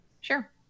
Sure